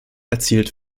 erzielt